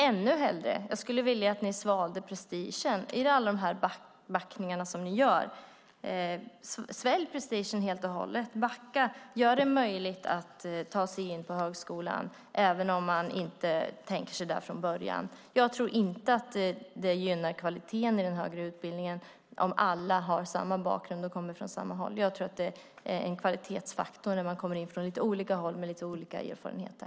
Ännu hellre skulle jag vilja att ni svalde prestigen i alla dessa backningar ni gör. Svälj prestigen helt och hållet! Backa, gör det möjligt att ta sig in på högskolan även om man inte tänker sig det från början! Jag tror inte att det gynnar kvaliteten i den högre utbildningen om alla har samma bakgrund och kommer från samma håll. Jag tror att det är en kvalitetsfaktor när man kommer in från lite olika håll med lite olika erfarenheter.